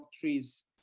trees